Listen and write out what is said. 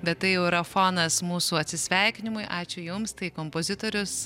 bet tai jau yra fonas mūsų atsisveikinimui ačiū jums tai kompozitorius